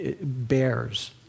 bears